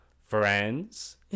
friends